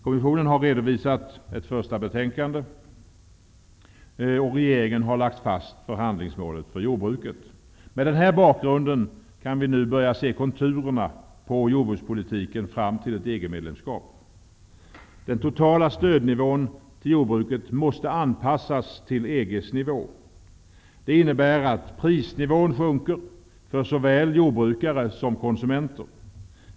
Kommissionen har redovisat ett första betänkande, och regeringen har lagt fast förhandlingsmålet för jordbruket. Med den här bakgrunden kan vi nu börja se konturerna på jordbrukspolitiken fram till ett EG medlemskap. Den totala stödnivån till jordbruket måste anpassas till EG:s nivå. Det innebär att prisnivån sjunker för såväl jordbrukare som konsumenter.